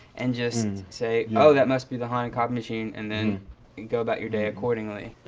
and, just say, oh that must be the haunted copy machine, and then go about your day, accordingly.